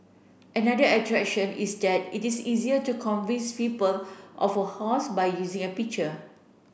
another attraction is that it is easier to convince people of a hoax by using a picture